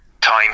time